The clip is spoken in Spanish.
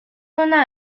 una